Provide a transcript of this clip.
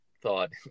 thought